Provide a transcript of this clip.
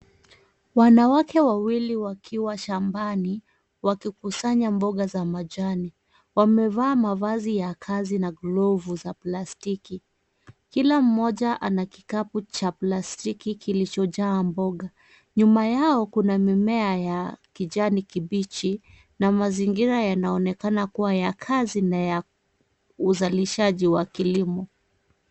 Wanawake wawili wakiwa shambani wakikusanya mboga za majani. Wamevaa mavazi ya kazi na glovu za plastiki. Kila mmoja ana kikapu cha plastiki kilichojaa mboga. Nyuma yao kuna mimea ya kijani kibichi na mazingira yanaonekana kuwa ya kazi na ya uzalishaji wa kilimo.